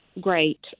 Great